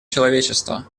человечества